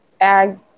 ag